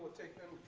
take them